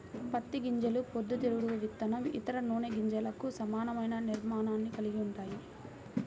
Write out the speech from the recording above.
పత్తి గింజలు పొద్దుతిరుగుడు విత్తనం, ఇతర నూనె గింజలకు సమానమైన నిర్మాణాన్ని కలిగి ఉంటాయి